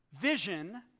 vision